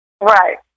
right